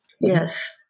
yes